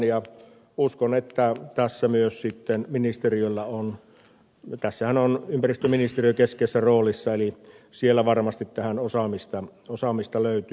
uskon että tässä myös sitten ministeriöltä tässähän on ympäristöministeriö keskeisessä roolissa varmasti tähän osaamista löytyy